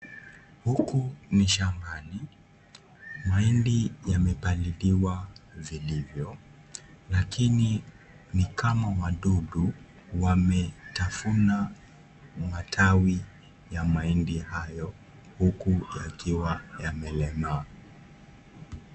Huku ni shambani. Mahindi yamepaliliwa vilivyo lakini ni kama wadudu wametafuna matawi ya mahindi hayo huku yakiwa yamelemaa.